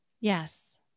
Yes